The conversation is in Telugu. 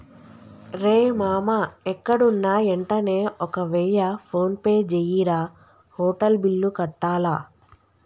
రేయ్ మామా ఎక్కడున్నా యెంటనే ఒక వెయ్య ఫోన్పే జెయ్యిరా, హోటల్ బిల్లు కట్టాల